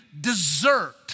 desert